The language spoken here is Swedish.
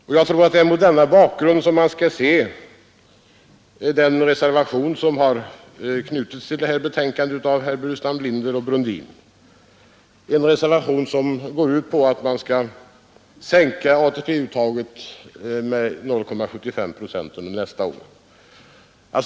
Det är väl mot den bakgrunden man skall se den reservation som har knutits till förevarande utskottsbetänkande av herrar Burenstam Linder och Brundin, en reservation som går ut på att sänka ATP-uttaget med 0,75 procent under nästa år.